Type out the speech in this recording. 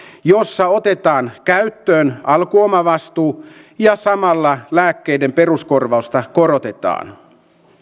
jossa otetaan käyttöön alkuomavastuu ja samalla lääkkeiden peruskorvausta korotetaan